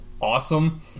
awesome